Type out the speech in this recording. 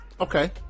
Okay